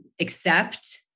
accept